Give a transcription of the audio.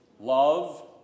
Love